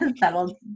That'll